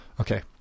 Okay